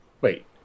Wait